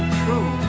true